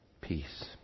peace